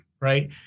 Right